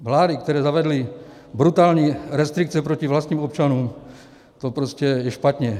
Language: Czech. Vlády, které zavedly brutální restrikce proti vlastním občanům, to je prostě špatně.